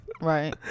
right